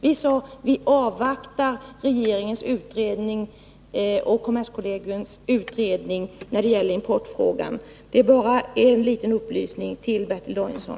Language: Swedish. Vi har sagt att vi avvaktar regeringens och kommerskollegiums utredningar när det gäller importfrågan. Detta sagt som en liten upplysning till Bertil Danielsson.